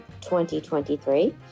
2023